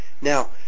Now